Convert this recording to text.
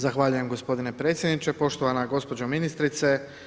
Zahvaljujem gospodine predsjedniče, poštovana gospođo ministrice.